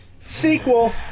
Sequel